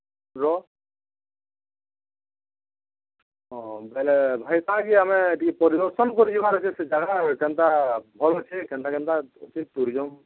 ରହ ହ ହଉ ବୋଇଲେ ଭାଇ କା କି ଆମେ ଟିକେ ପରିଦର୍ଶନ କରି ଯିବା ପାଇଁ ସେ ଜାଗାଟା କେମିତି ଭଲ ଅଛି କେମିତି କେମିତି ଅଛି ବୁଲି ଯାଉ